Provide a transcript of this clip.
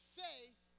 faith